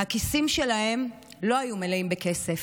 והכיסים שלהם לא היו מלאים בכסף,